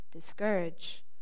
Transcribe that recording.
discourage